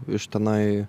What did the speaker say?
iš tenai